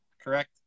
correct